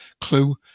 clue